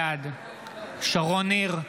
בעד שרון ניר,